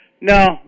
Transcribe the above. No